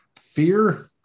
Fear